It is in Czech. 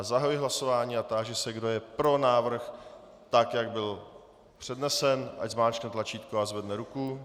Zahajuji hlasování a táži se, kdo je pro návrh, tak jak byl přednesen, ať zmáčkne tlačítko a zvedne ruku.